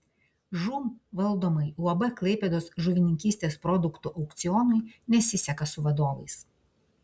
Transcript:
žūm valdomai uab klaipėdos žuvininkystės produktų aukcionui nesiseka su vadovais